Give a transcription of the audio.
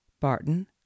Barton